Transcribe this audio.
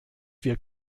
wir